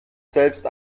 selbst